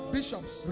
bishops